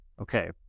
Okay